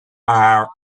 our